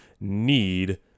need